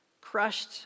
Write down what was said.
crushed